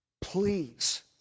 please